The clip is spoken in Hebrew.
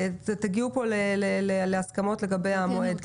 תגיעו להסכמות לגבי המועד.